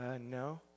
no